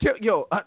Yo